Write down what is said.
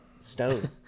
stone